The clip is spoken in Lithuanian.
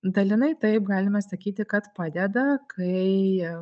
dalinai taip galima sakyti kad padeda kai